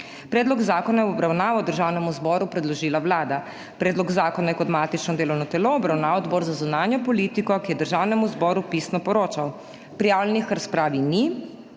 Predlog zakona je v obravnavo Državnemu zboru predložila Vlada. Predlog zakona je kot matično delovno telo obravnaval Odbor za zunanjo politiko, ki je Državnemu zboru pisno poročal. Prijavljenih k razpravi ni.